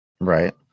Right